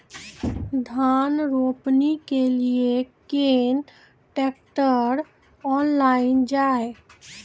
धान रोपनी के लिए केन ट्रैक्टर ऑनलाइन जाए?